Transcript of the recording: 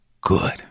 good